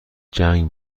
جنگ